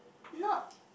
not